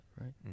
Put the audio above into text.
right